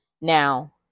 Now